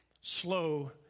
slow